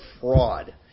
fraud